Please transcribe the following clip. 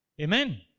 Amen